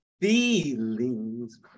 feelings